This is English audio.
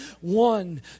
One